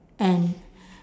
and